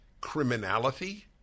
criminality